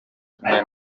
kimwe